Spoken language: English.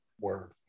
Word